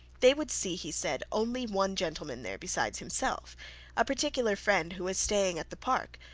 they would see, he said, only one gentleman there besides himself a particular friend who was staying at the park,